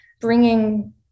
bringing